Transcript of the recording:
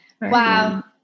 Wow